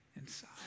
inside